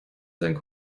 seinen